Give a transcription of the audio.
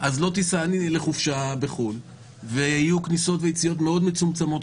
אז לא תיסע לחופשה בחו"ל ויהיו כניסות ויציאות מאוד מצומצמות,